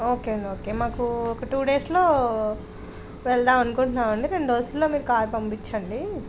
okay అండి okay మాకు ఒక టూ డేస్లో వెళ్దాం అనుకుంటున్నామండి రెండు రోజుల్లో మీరు కార్ పంపించండి